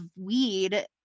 weed